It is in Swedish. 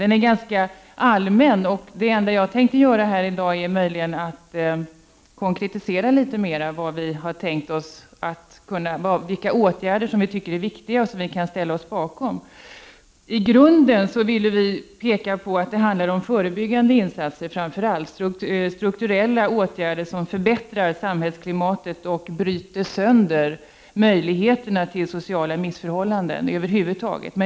Den är ganska allmän, och det enda jag tänker göra här i dag är att konkretisera litet mera vilka åtgärder som vi tycker är viktiga och som vi kan ställa oss bakom. I grunden vill vi peka på att det framför allt handlar om förebyggande, strukturella åtgärder, som förbättrar samhällsklimatet och bryter sönder möjligheterna till sociala missförhållanden över huvud taget.